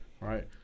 right